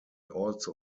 also